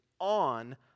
on